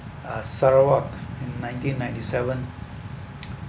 uh sarawak in nineteen ninety seven